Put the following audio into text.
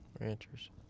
Rancher's